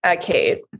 kate